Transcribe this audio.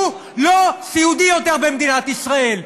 הוא לא סיעודי יותר במדינת ישראל.